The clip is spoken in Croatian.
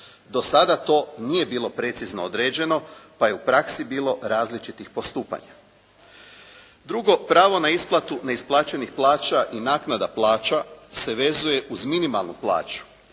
Do sada to nije bilo precizno određeno pa je u praksi bilo različitih postupanja. Drugo, pravo na isplatu neisplaćenih plaća i naknada plaća se vezuje uz minimalnu plaću